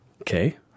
Okay